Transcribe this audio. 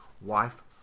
wife